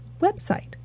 website